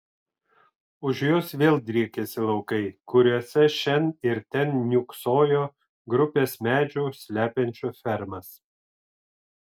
už jos vėl driekėsi laukai kuriuose šen ir ten niūksojo grupės medžių slepiančių fermas